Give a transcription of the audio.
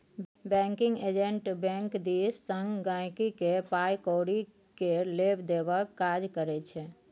banking agent bank दिस सँ गांहिकी केर पाइ कौरी केर लेब देबक काज करै छै